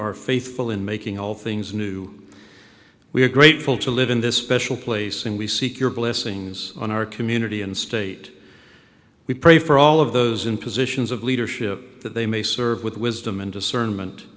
are faithful in making all things new we are grateful to live in this special place and we seek your blessings on our community and state we pray for all of those in positions of leadership that they may serve with wisdom and discernment